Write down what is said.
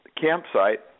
campsite